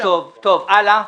טוב, הלאה.